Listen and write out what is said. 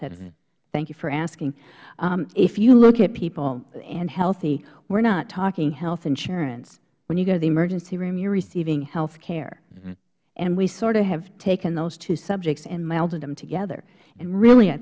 thank you for asking if you look at people and healthy we are not talking health insurance when you go to the emergency room you are receiving health care and we sort of have taken those two subjects and melded them together and really i